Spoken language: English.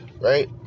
right